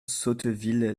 sotteville